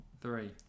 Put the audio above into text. Three